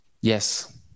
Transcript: yes